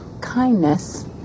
Kindness